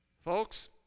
Folks